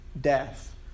death